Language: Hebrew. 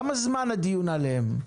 כמה זמן הדיון עליהם?